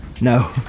No